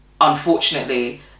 unfortunately